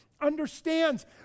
understands